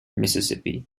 mississippi